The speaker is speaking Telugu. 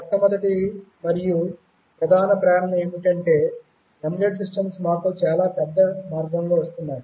మొట్టమొదటి మరియు ప్రధాన ప్రేరణ ఏమిటంటే ఎంబెడెడ్ సిస్టమ్స్ మాకు చాలా పెద్ద మార్గంలో వస్తున్నాయి